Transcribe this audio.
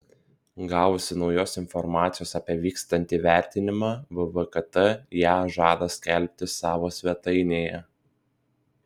gavusi naujos informacijos apie vykstantį vertinimą vvkt ją žada skelbti savo svetainėje